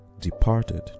departed